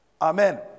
Amen